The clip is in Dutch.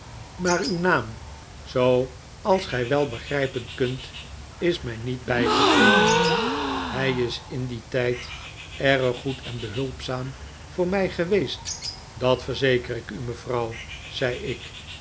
maar uw naam zooals ge wel begrijpen kunt is mij niet bijgebleven hij is in dien tijd erg goed en behulpzaam voor mij geweest dat verzeker ik u mevrouw zei ik